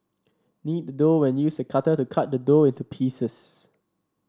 knead the dough and use a cutter to cut the dough into pieces